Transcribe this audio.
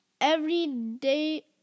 everyday